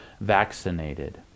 vaccinated